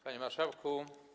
Panie Marszałku!